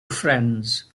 friends